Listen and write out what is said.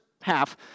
half